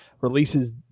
releases